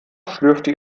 schlürfte